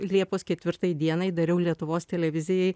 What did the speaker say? liepos ketvirtai dienai dariau lietuvos televizijai